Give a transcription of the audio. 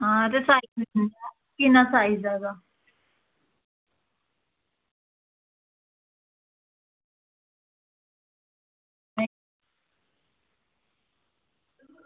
आं ते किन्ना साईज़ ऐ एह्दा